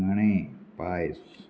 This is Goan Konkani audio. पायस